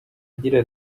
agira